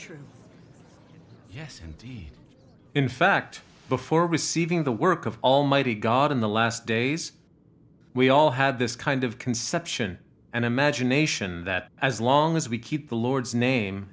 true yes indeed in fact before receiving the work of almighty god in the last days we all had this kind of conception and imagination that as long as we keep the lord's name